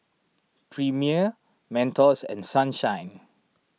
Premier Mentos and Sunshine